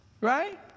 right